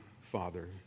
Father